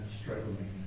struggling